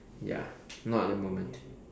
ya not at the moment